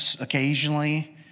occasionally